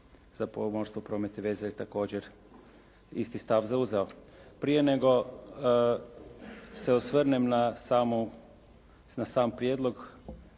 za pomorstvo, promet i veze je također isti stav zauzeo. Prije nego se osvrnem na sam prijedlog,